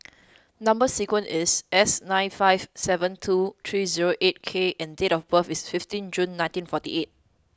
number sequence is S nine five seven two three zero eight K and date of birth is fifteen June nineteen forty eight